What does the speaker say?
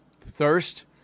thirst